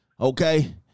Okay